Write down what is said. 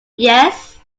yes